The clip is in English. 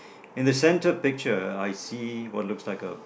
in the center picture I see what looks like a